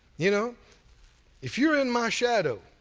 you know if you're in my shadow,